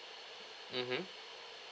mmhmm